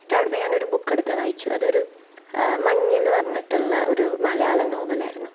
എന്നിട്ട് അവിടെന്ന് ഞാനൊരു ബുക്കെടുത്തു വായിച്ചു അതൊരു മഞ്ഞ് എന്നു പറഞ്ഞിട്ടുള്ള ഒരു മലയാളം നോവലായിരുന്നു